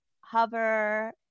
Hover